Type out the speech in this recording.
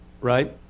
right